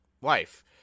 wife